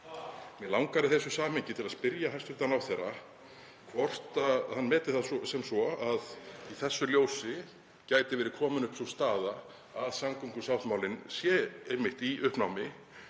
Mig langar í því samhengi að spyrja hæstv. ráðherra hvort hann meti það sem svo að í þessu ljósi gæti verið komin upp sú staða að samgöngusáttmálinn sé einmitt í uppnámi